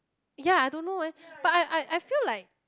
ya I don't know eh but I I I feel like